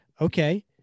okay